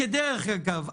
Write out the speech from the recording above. דרך אגב,